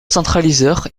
centralisateur